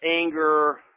anger